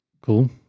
Cool